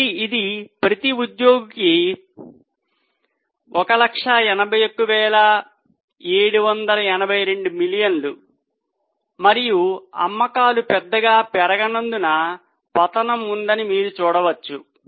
కాబట్టి ఇది ప్రతి ఉద్యోగికి 181782 మిలియన్లు మరియు అమ్మకాలు పెద్దగా పెరగనందున పతనం ఉందని మీరు చూడవచ్చు